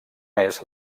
més